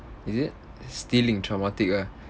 is it stealing traumatic ah